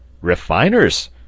Refiners